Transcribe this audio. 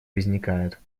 возникает